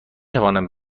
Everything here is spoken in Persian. توانم